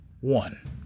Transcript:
One